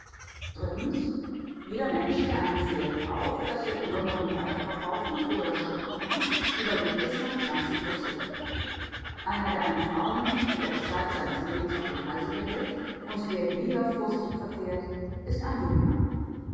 jeder mensch der ein pferd kauft das er übermorgen weiterverkaufen oder schlachten lassen kann überlegt es nach zwanzig rücksichten einer der eine frau nimmt die er zeit seines lebens auf dem halse behält und der weniger vorsichtig verfährt ist ein dummian